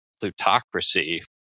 plutocracy